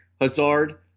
Hazard